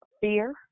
fear